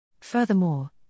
Furthermore